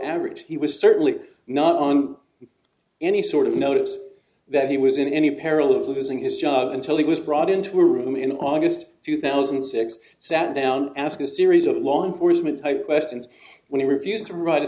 average he was certainly not on any sort of notice that he was in any peril of losing his job until he was brought into a room in august two thousand and six sat down ask a series of law enforcement type weston's when he refused to write a